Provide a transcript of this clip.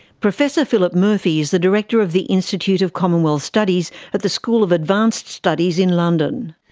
professor philip murphy is the director of the institute of commonwealth studies at the school of advanced studies in london.